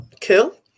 Cool